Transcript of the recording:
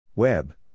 Web